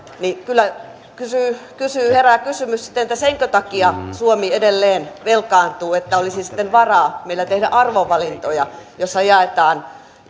kyllä herää kysymys senkö takia suomi edelleen velkaantuu että olisi sitten varaa millä tehdä arvovalintoja joissa jaetaan